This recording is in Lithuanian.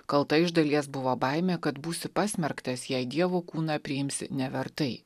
kalta iš dalies buvo baimė kad būsiu pasmerktas jei dievo kūną priimsi nevertai